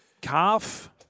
calf